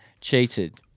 cheated